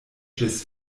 ĝis